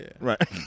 Right